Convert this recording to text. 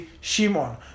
Shimon